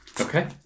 Okay